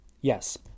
Yes